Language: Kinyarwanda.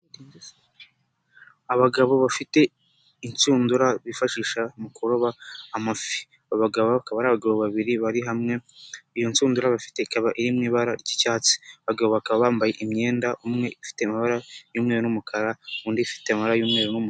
Abagabo bafite inshundura bifashisha mu kuroba amafi, abagabo bakaba ari abagabo babiri bari hamwe, iyo nshundura bafite ikaba iri mu ibara ry'icyatsi, abagabo bakaba bambaye imyenda umwe ifite amabara y'umweru n'umukara undi ifite amabara y'umweru.